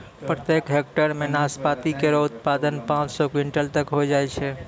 प्रत्येक हेक्टेयर म नाशपाती केरो उत्पादन पांच सौ क्विंटल तक होय जाय छै